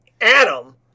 Adam